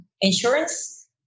insurance